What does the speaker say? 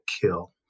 kill